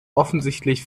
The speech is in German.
offensichtlich